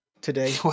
today